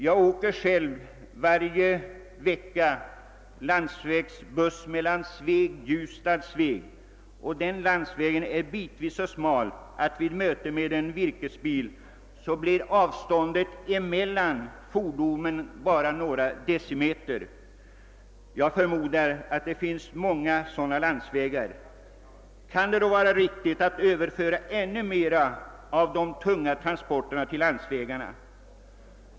Jag åker själv varje vecka landsvägsbuss mellan Sveg och Ljusdal, och den landsvägen är bitvis så smal att avståndet mellan fordonen vid möte med en virkesbil bara blir några decimeter. Jag förmodar att det finns många sådana landsvägar. Kan det då vara riktigt att överföra ännu mer av de tunga transporterna till landsvägarna?